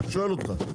אני שואל אותך.